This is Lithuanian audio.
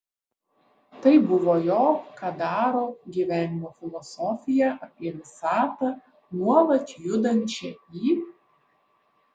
tai buvo jo kadaro gyvenimo filosofija apie visatą nuolat judančią į